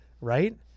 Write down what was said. right